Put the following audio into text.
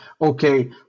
Okay